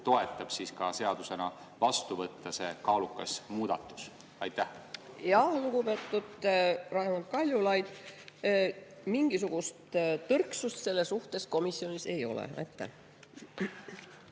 toetab, ka seadusena vastu võtta see kaalukas muudatus? Jah, lugupeetud Raimond Kaljulaid. Mingisugust tõrksust selle suhtes komisjonis ei ole. Jah,